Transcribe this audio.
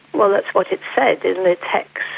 well, that's what it said in the text.